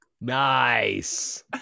Nice